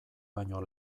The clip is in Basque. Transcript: baino